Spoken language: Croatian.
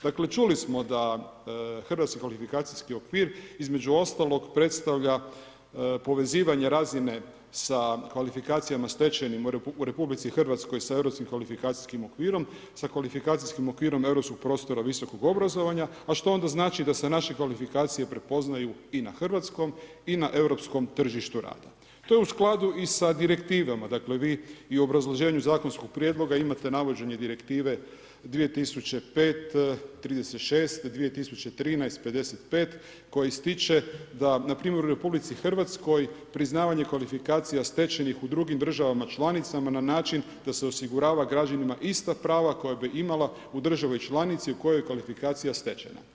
Dakle čuli smo da HKO između ostalo predstavlja povezivanja razine sa kvalifikacijama stečenim u RH sa europskim kvalifikacijskim okvirom, sa kvalifikacijskim okvirom europskog prostora visokog obrazovanja a što onda znači da se naše kvalifikacije prepoznaju i na hrvatskom i na europskom tržištu rada, to je u skladu i sa direktivama, dakle vi i u obrazloženju zakonskog prijedloga imate navođenje direktive 2005/36 2013/55 koji ističe da npr. u RH priznavanje kvalifikacija stečenih u drugim državama članicama na način da se osigurava građanima ista prav koja bi imala u državi članici u kojoj je kvalifikacija stečena.